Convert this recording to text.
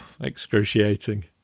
Excruciating